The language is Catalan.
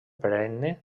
perenne